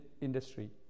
industry